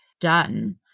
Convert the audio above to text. done